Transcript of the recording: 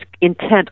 intent